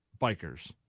Bikers